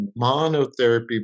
monotherapy